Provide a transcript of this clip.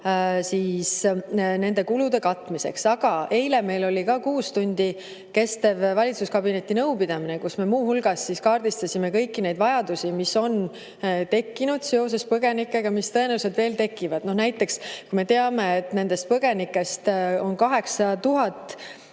summa nende kulude katmiseks. Aga eile meil oli kuus tundi kestev valitsuskabineti nõupidamine, kus me muu hulgas kaardistasime kõiki neid vajadusi, mis on tekkinud seoses põgenikega ja mis tõenäoliselt veel tekivad. Näiteks me teame, et nendest põgenikest üle